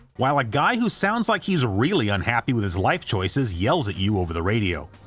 while a guy who sounds like he's really unhappy with his life choices yells at you over the radio.